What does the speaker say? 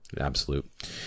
absolute